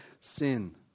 sin